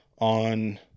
on